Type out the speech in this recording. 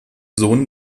sohn